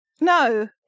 No